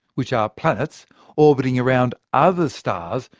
which are planets orbiting around other stars,